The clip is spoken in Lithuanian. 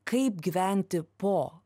kaip gyventi po